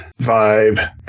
vibe